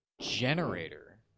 Generator